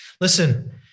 Listen